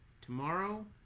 tomorrow